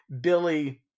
Billy